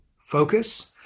focus